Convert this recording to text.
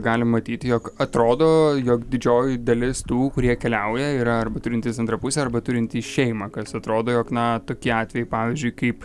galim matyti jog atrodo jog didžioji dalis tų kurie keliauja yra arba turintys antrą pusę arba turintys šeimą kas atrodo jog na tokie atvejai pavyzdžiui kaip